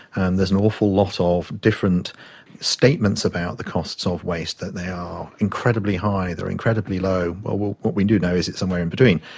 and there's an awful lot ah of different statements about the costs of waste, that they are incredibly high, they are incredibly low. what what we do know is it's somewhere in between.